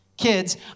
Kids